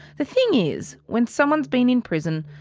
the thing is, when someone's been in prison,